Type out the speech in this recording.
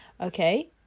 Okay